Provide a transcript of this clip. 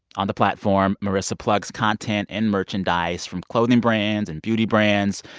on the platform, marissa plugs content and merchandise from clothing brands, and beauty brands,